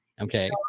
Okay